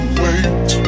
wait